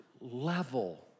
level